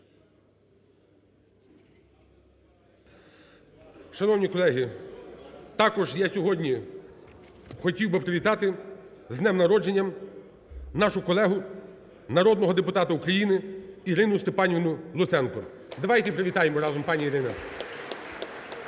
Шановні колеги, також я сьогодні хотів би привітати з днем народження нашу колегу народного депутата України Ірину Степанівну Луценко. Давайте привітаємо разом пані Ірину! (Оплески)